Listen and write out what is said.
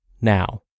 now